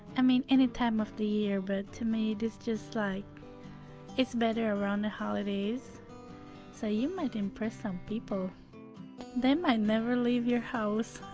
i mean any time of the year, but to me, this just like it's better around the holidays so you might impress some people they might never leave your house